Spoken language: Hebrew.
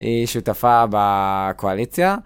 שותפה בקואליציה.